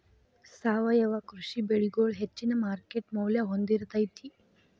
ಸಾವಯವ ಕೃಷಿ ಬೆಳಿಗೊಳ ಹೆಚ್ಚಿನ ಮಾರ್ಕೇಟ್ ಮೌಲ್ಯ ಹೊಂದಿರತೈತಿ